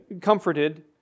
comforted